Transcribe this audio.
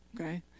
okay